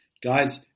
Guys